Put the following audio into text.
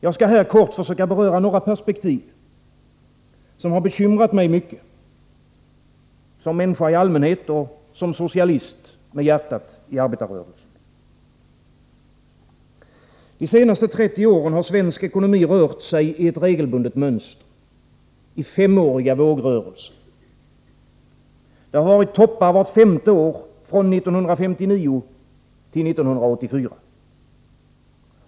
Jag skall här kort försöka beröra några perspektiv, som har bekymrat mig mycket som människa i allmänhet och som socialist med hjärtat i arbetarrörelsen. De senaste 30 åren har svensk ekonomi rört sig i ett regelbundet mönster, i femåriga vågrörelser. Det har varit toppar vart femte år från 1959 till 1984.